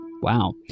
wow